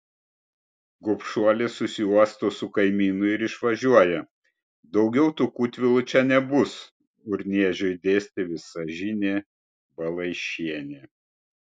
gobšuolė susiuosto su kaimynu ir išvažiuoja daugiau tų kūtvėlų čia nebus urniežiui dėstė visažinė balaišienė